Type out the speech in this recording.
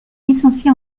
licencié